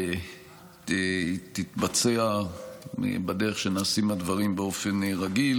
תתבצע בדרך שהדברים נעשים באופן רגיל,